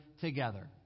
together